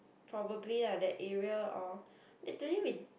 probably lah that area or literally we